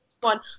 One